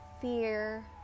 fear